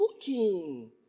cooking